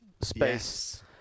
space